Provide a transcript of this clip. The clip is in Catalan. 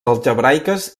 algebraiques